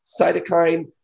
cytokine